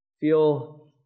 feel